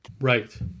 right